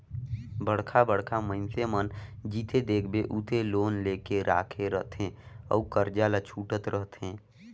बड़का बड़का मइनसे मन जिते देखबे उते लोन लेके राखे रहथे अउ करजा ल छूटत रहथे